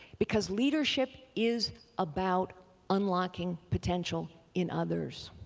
because leadership is about unlocking potential in others.